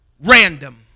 random